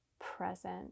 present